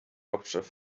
hauptstadt